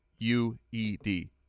u-e-d